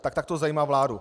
Tak tak to zajímá vládu.